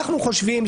לדעתנו,